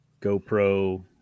GoPro